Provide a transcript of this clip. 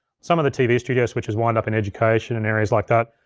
some of the tv studio switchers wind up in education and areas like that.